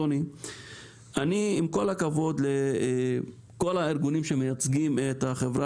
עם כל הכבוד לכל הארגונים שמייצגים את החברה